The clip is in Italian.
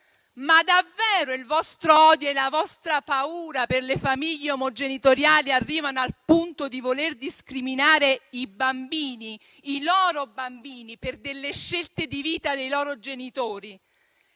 Ma davvero il vostro odio e la vostra paura per le famiglie omogenitoriali arrivano al punto di voler discriminare i bambini, i loro bambini, per le scelte di vita dei loro genitori?